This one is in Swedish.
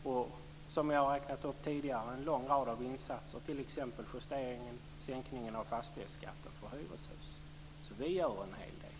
Jag har tidigare räknat upp en lång rad insatser, t.ex. sänkningen av fastighetsskatten för hyreshus. Vi gör en hel del.